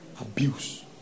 abuse